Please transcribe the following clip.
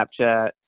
Snapchat